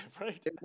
right